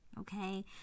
Okay